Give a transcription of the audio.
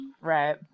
Right